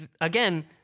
again